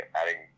adding